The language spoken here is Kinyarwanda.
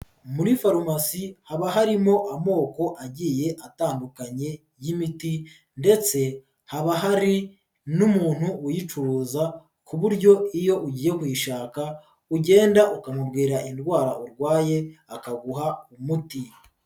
Muri farumasi haba harimo amoko agiye atandukanye y'imiti ndetse haba hari n'umuntu uyicuruza, ku buryo iyo ugiye kuyishaka ugenda ukamubwira indwara urwaye akaguha umuti.